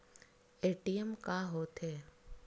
ATM का होथे?